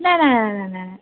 त न न न न